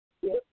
yes